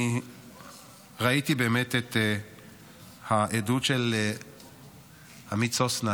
אני ראיתי את העדות של עמית סוסנה,